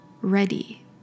ready